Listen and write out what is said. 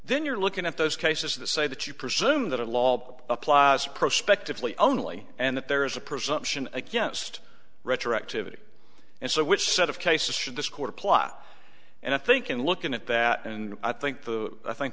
then you're looking at those cases that say that you presume that a law applies prospectively only and that there is a presumption against retroactivity and so which set of cases should this quarter plot and i think in looking at that and i think the i think